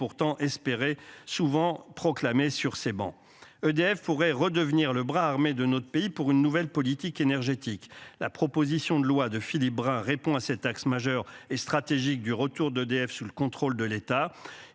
pourtant espérer souvent proclamé sur ces bancs, EDF pourrait redevenir le bras armé de notre pays pour une nouvelle politique énergétique. La proposition de loi de Philippe Brun répond à cet axe majeur et stratégique du retour d'EDF, sous le contrôle de l'État.